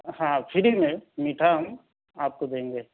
ہاں فری میں میٹھا ہم آپ کو دیں گے